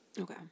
Okay